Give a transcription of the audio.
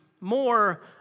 more